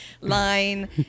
line